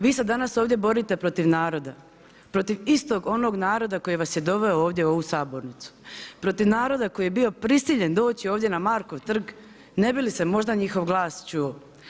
Vi se danas ovdje borite protiv naroda, protiv istog onog naroda koji vas je doveo ovdje u ovu Sabornicu, protiv naroda koji je bio prisiljen doći ovdje na Markov trg ne bi li se možda njihov glas čuo.